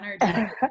energy